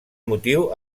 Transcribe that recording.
motiu